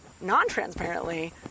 non-transparently